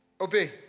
Obey